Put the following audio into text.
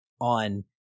on